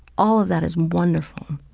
all of that is wonderful.